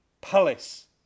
Palace